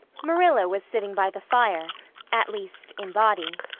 marilla was sitting by the fire at least, in body.